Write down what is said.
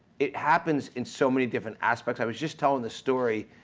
it happens in so many different aspects. i was just telling the story,